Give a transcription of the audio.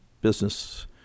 business